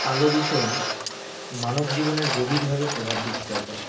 আলো দূষণ মানবজীবনের গভীরভাবে প্রভাব বিস্তার করে